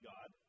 God